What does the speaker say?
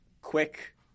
quick